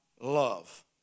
love